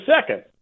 second